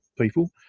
people